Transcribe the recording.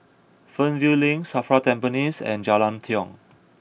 Fernvale Link Safra Tampines and Jalan Tiong